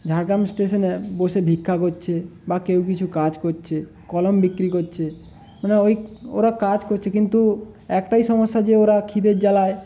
ঝাড়গ্রাম স্টেশানে বসে ভিক্ষা করছে বা কেউ কিছু কাজ করছে কলম বিক্রি করছে মানে ওই ওরা কাজ করছে কিন্তু একটাই সমস্যা যে ওরা খিদের জ্বালায়